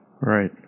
Right